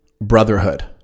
brotherhood